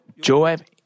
Joab